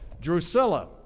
Drusilla